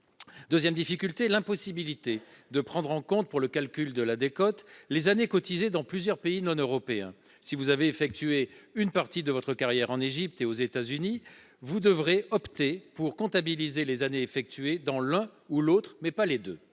102ème difficulté l'impossibilité de prendre en compte pour le calcul de la décote, les années cotisées dans plusieurs pays non-européens. Si vous avez effectué une partie de votre carrière en Égypte et aux États-Unis, vous devrez opter pour comptabiliser les années effectué dans l'un ou l'autre mais pas les deux.